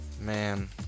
Man